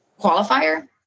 qualifier